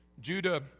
Judah